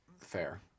Fair